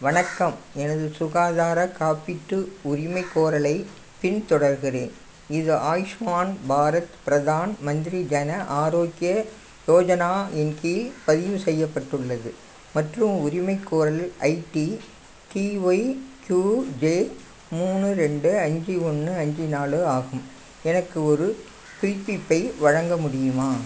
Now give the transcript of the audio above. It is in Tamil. வணக்கம் எனது சுகாதாரக் காப்பீட்டு உரிமைகோரலைப் பின்தொடர்கிறேன் இது ஆயுஷ்மான் பாரத் பிரதான் மந்திரி ஜன ஆரோக்ய யோஜனா இன் கீழ் பதிவு செய்யப்பட்டுள்ளது மற்றும் உரிமைக்கோரல் ID T Y Q J மூணு ரெண்டு அஞ்சு ஒன்று அஞ்சு நாலு ஆகும் எனக்கு ஒரு புதுப்பிப்பை வழங்க முடியுமா